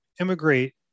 immigrate